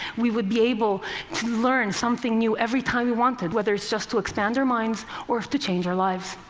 we would be able to learn something new every time we wanted, whether it's just to expand our minds or to change our lives.